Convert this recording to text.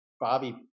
Bobby